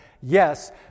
Yes